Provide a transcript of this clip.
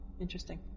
interesting